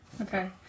Okay